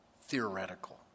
theoretical